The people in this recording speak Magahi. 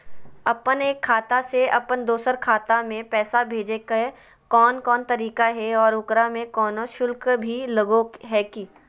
अपन एक खाता से अपन दोसर खाता में पैसा भेजे के कौन कौन तरीका है और ओकरा में कोनो शुक्ल भी लगो है की?